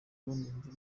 numva